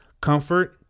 comfort